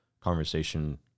conversation